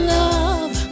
love